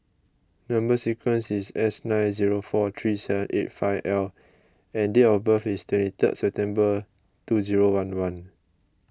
Number Sequence is S nine zero four three seven eight five L and date of birth is twenty third September two zero one one